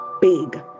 big